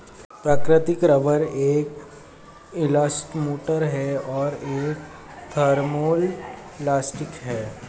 प्राकृतिक रबर एक इलास्टोमेर और एक थर्मोप्लास्टिक है